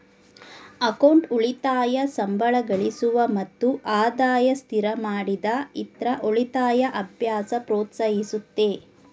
account ಉಳಿತಾಯ ಸಂಬಳಗಳಿಸುವ ಮತ್ತು ಆದಾಯ ಸ್ಥಿರಮಾಡಿದ ಇತ್ರ ಉಳಿತಾಯ ಅಭ್ಯಾಸ ಪ್ರೋತ್ಸಾಹಿಸುತ್ತೆ